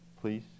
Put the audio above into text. please